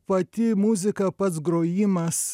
pati muzika pats grojimas